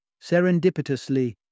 serendipitously